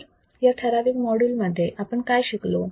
तर या ठराविक माॅड्यूल मध्ये आपण काय शिकलो